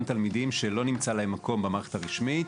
תלמידים שלא נמצא להם מקום במערכת הרשמית,